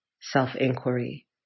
self-inquiry